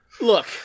Look